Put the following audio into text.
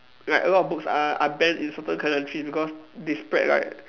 like a lot of books are are banned in certain countries because they spread like